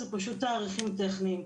זה פשוט תאריכים טכניים.